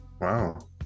Wow